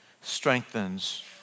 strengthens